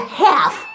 half